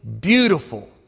beautiful